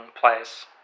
place